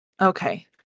Okay